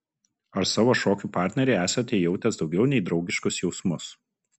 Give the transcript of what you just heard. ar savo šokių partnerei esate jautęs daugiau nei draugiškus jausmus